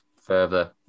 further